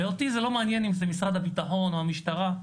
ואותי זה לא מעניין אם זה משרד הביטחון או המשטרה.